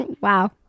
Wow